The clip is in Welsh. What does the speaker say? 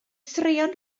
straeon